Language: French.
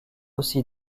aussi